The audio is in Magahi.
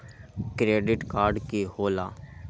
क्रेडिट कार्ड की होला?